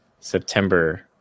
September